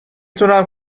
تونم